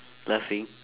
laughing